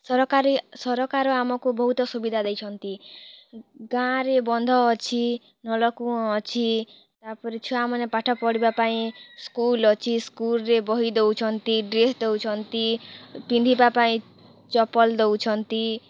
ସରକାରୀ ସରକାର ଆମକୁ ବହୁତ ସୁବିଧା ଦେଇଛନ୍ତି ଗାଁରେ ବନ୍ଧ ଅଛି ନଳ କୂଅ ଅଛି ତାପରେ ଛୁଆମାନେ ପାଠପଢ଼ିବା ପାଇଁ ସ୍କୁଲ୍ ଅଛି ସ୍କୁଲ୍ରେ ବହି ଦେଉଛନ୍ତି ଡ୍ରେସ୍ ଦେଉଛନ୍ତି ପିନ୍ଧିବାପାଇଁ ଚପଲ ଦେଉଛନ୍ତି